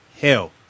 hell